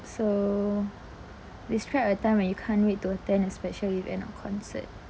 so describe a time when you can't wait to attend a special event or concert